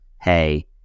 Hey